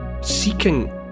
seeking